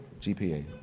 GPA